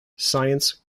science